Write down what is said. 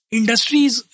industries